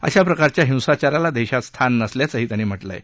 अशा प्रकारच्या हिंसाचाराला देशात स्थान नसल्याचंही त्यांनी म्हटलं आहे